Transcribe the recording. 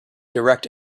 direct